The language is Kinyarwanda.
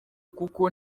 kuko